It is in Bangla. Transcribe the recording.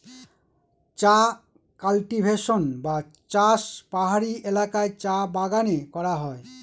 চা কাল্টিভেশন বা চাষ পাহাড়ি এলাকায় চা বাগানে করা হয়